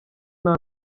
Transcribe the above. nta